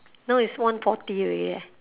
now is one forty already leh